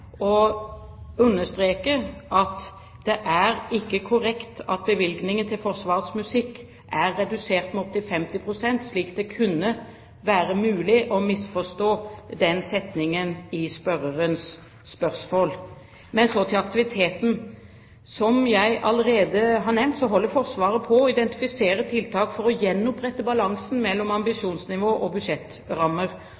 å understreke at det ikke er korrekt at bevilgningene til Forsvarets musikk er redusert med opptil 50 pst., slik det kunne være mulig å misforstå den setningen i spørrerens spørsmål. Men så til aktiviteten. Som jeg allerede har nevnt, holder Forsvaret på med å identifisere tiltak for å gjenopprette balansen mellom